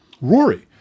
Rory